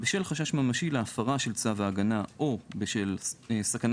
בשל חשש ממשי להפרה של צו ההגנה או בשל סכנה